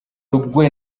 rwe